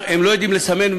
הם לא יודעים לסמן,